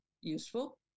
useful